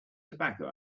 tobacco